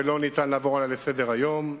ואי-אפשר לעבור עליה לסדר-היום.